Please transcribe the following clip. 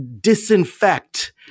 disinfect